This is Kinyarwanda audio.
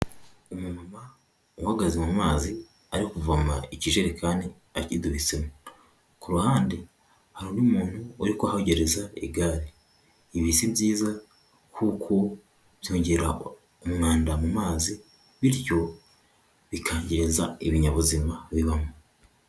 Umumama uhagaze mu mazi ari kuvoma ikijerekani akidubitsemo, ku ruhande hari undi muntu uri kuhogereza igare, ibi si byiza kuko byongera umwanda mu mazi bityo bikangiza ibinyabuzima bibamo.